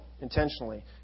intentionally